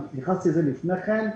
והתייחסתי לפני זה כן,